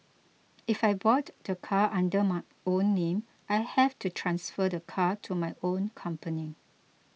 if I bought the car under my own name I have to transfer the car to my own company